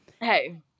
hey